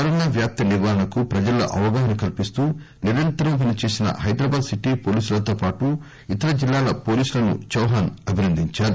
corona వ్యాప్తి నివారణకు ప్రజల్లో అవగాహన కల్పిస్తూ నిరంతరం పనిచేసిన హైదరాబాద్ సిటీ పోలీసులతోపాటు ఇతర జిల్లాల పోలీసులను చౌహాన్ అభినందించారు